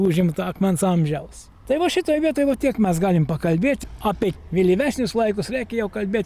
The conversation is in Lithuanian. užimta akmens amžiaus tai va šitoj vietoj va tiek mes galim pakalbėt apė vėlyvesnius laikus reikia jau kalbėt